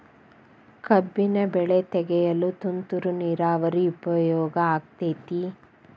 ಕಬ್ಬಿನ ಬೆಳೆ ತೆಗೆಯಲು ತುಂತುರು ನೇರಾವರಿ ಉಪಯೋಗ ಆಕ್ಕೆತ್ತಿ?